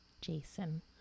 Jason